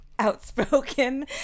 outspoken